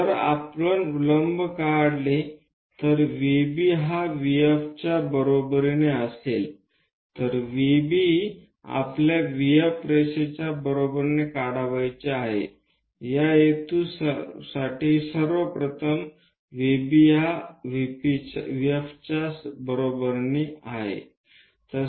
जर आपण लंब काढले तर VB हा VF च्या बरोबरीने असेल तर VB आपल्यास VF रेषेच्या बरोबरीने काढावयाची आहे त्या हेतूसाठी सर्व प्रथम VB हा V F च्या बरोबरीने आहे